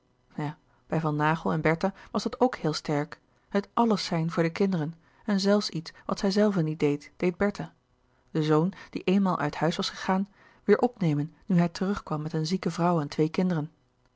ja bij van naghel en bertha was dat ook heel sterk het alles zijn voor de kinderen en zelfs iets wat zij zelve niet deed deed bertha de zoon die eenmaal uit huis was gegaan weêr opnemen nu hij terugkwam met een zieke vrouw en twee kinderen